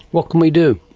what can we do?